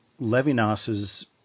Levinas's